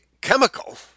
chemical